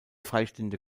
freistehende